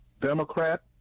Democrat